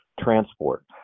transport